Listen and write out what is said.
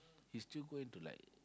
he's still going to like